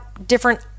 different